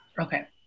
okay